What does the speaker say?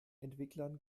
entwicklern